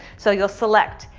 so you'll select.